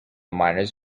miners